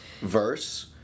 verse